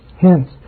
Hence